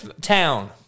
town